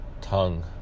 tongue